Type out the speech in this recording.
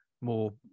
more